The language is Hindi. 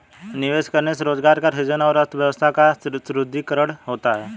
निवेश करने से रोजगार का सृजन और अर्थव्यवस्था का सुदृढ़ीकरण होता है